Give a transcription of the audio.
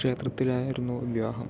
ക്ഷേത്രത്തിലായിരുന്നു വിവാഹം